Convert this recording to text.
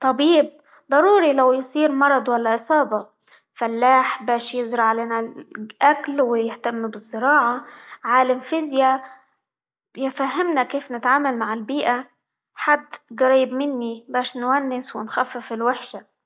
طبيب ضروري لو يصير مرض، ولا إصابة، فلاح؛ باش يزرع لنا الأكل، ويهتم بالزراعة، عالم فيزيا يفهمنا كيف نتعامل مع البيئة، حد قريب مني؛ باش نونس ونخفف الوحشة.